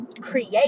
create